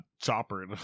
chopper